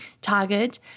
target